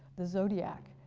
the zodiac,